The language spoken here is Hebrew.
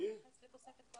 תכינו